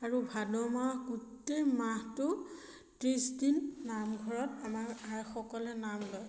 আৰু ভাদ মাহত গোটেই মাহটো ত্ৰিছ দিন নামঘৰত আমাৰ আইসকলে নাম লয়